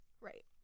Right